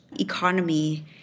economy